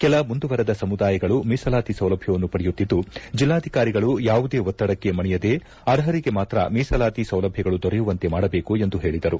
ಕೆಲ ಮುಂದುವರೆದ ಸಮುದಾಯಗಳು ಮೀಸಲಾತಿ ಸೌಲಭ್ವವನ್ನು ಪಡೆಯುತ್ತಿದ್ದು ಜಿಲ್ಲಾಧಿಕಾರಿಗಳು ಯಾವುದೇ ಒತ್ತಡಕ್ಕೆ ಮಣಿಯದೇ ಅರ್ಹರಿಗೆ ಮಾತ್ರ ಮೀಸಲಾತಿ ಸೌಲಭ್ಯಗಳು ದೊರೆಯುವಂತೆ ಮಾಡಬೇಕು ಎಂದು ಹೇಳಿದರು